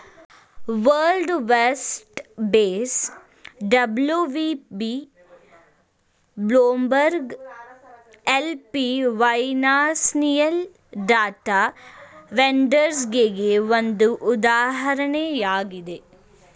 world Vest Base WVB, Bloomberg LP financial data ವೆಂಡರ್ಸ್ಗೆಗೆ ಒಂದು ಉದಾಹರಣೆಯಾಗಿದೆ